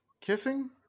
kissing